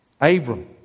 Abram